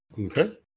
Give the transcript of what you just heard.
Okay